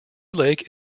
lake